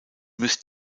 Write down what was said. müsst